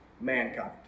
mankind